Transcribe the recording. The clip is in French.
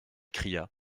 cria